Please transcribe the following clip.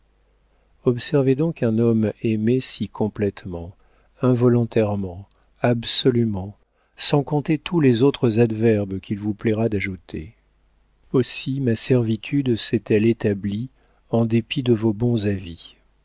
observez donc un homme aimé si complétement involontairement absolument sans compter tous les autres adverbes qu'il vous plaira d'ajouter aussi ma servitude s'est-elle établie en dépit de vos bons avis